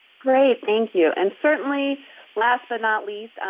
great. thank you. and certainly last but not least,